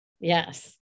Yes